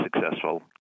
successful